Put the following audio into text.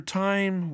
time